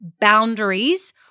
boundaries